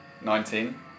Nineteen